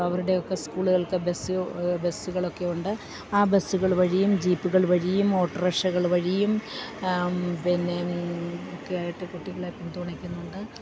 അവരുടെയൊക്കെ സ്കൂളുകൾക്ക് ബസ്സുകളൊക്കെ ഉണ്ട് ആ ബസ്സുകൾ വഴിയും ജീപ്പുകൾ വഴിയും ഓട്ടോ റിക്ഷകൾ വഴിയും പിന്നെ ഒക്കെയായിട്ട് കുട്ടികളെ പിൻതുണയ്ക്കുന്നുണ്ട്